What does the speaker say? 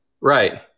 Right